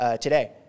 today